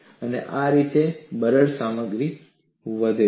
અને આ રીતે બરડ સામગ્રી વર્તે છે